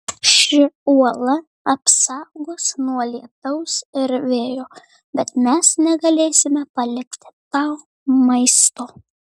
ši uola apsaugos nuo lietaus ir vėjo bet mes negalėsime palikti tau maisto